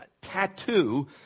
tattoo